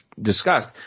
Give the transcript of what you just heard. discussed